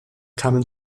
kamen